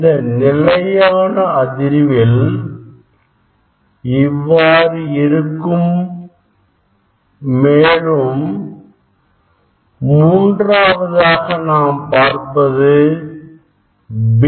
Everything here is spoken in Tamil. இந்த நிலையான அதிர்வில் இவ்வாறு இருக்கும் மேலும் மூன்றாவதாக நாம் பார்ப்பது beat